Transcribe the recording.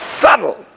subtle